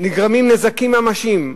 נגרמים נזקים ממשיים,